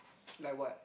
like what